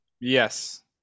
Yes